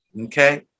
okay